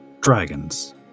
Dragons